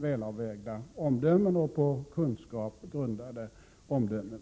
välavvägda och på kunskap grundade omdömen.